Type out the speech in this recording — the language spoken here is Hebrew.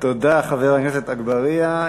תודה, חבר הכנסת אגבאריה.